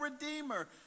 Redeemer